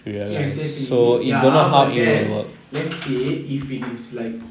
ya exactly ya but then let's say if it is like